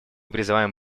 призываем